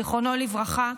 זיכרונו לברכה.